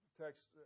text